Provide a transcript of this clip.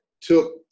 took